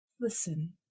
listen